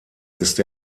ist